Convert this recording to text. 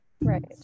Right